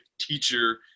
teacher